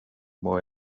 boy